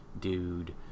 dude